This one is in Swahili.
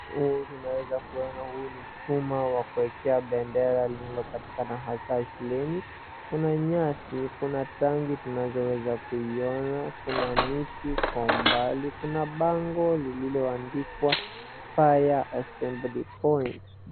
Huu tunaweza kuona huu ni chuma wa kuwekea bendera linalo patikana hasa shuleni kuna nyasi kuna tanki tunaweza kuiona, kuna miti kwa umbali kuna bango lilioandikwa fire assembly point .